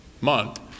month